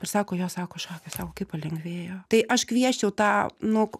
ir sako jo sako šakės sako kaip palengvėjo tai aš kviesčiau tą nu